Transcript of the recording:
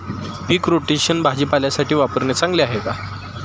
पीक rotation भाजीपाल्यासाठी वापरणे चांगले आहे का?